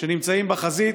שנמצאים בחזית,